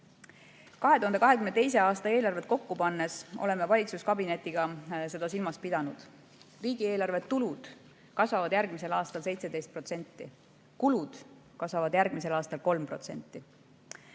2022. aasta eelarvet kokku pannes oleme valitsuskabinetiga seda silmas pidanud. Riigieelarve tulud kasvavad järgmisel aastal 17%, kulud kasvavad järgmisel aastal 3%.